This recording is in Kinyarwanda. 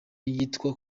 yitwa